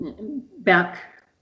back